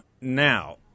Now